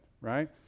right